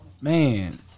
Man